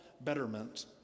betterment